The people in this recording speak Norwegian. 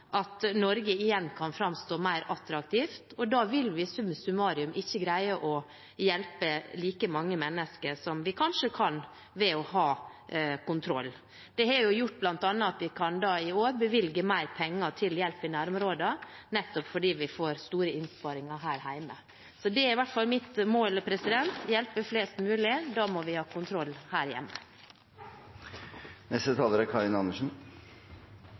at Norge igjen kan framstå som mer attraktivt, og da vil vi summa summarum ikke greie å hjelpe like mange mennesker som vi kanskje kan ved å ha kontroll. Det har bl.a. gjort at vi i år kan bevilge mer penger til hjelp i nærområdene, nettopp fordi vi får store innsparinger her hjemme. Det er i hvert fall mitt mål: å hjelpe flest mulig. Da må vi ha kontroll her hjemme. Jeg registrerer at statsråden nå kom inn på det som vel egentlig er